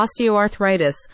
osteoarthritis